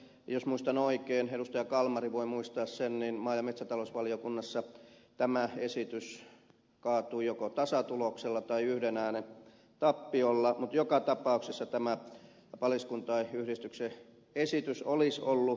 jos muistan oikein edustaja kalmari voi muistaa sen niin maa ja metsätalousvaliokunnassa tämä esitys kaatui joko tasatuloksella tai yhden äänen tappiolla mutta joka tapauksessa tämä paliskuntain yhdistyksen esitys olisi ollut luonteva